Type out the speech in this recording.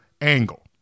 angle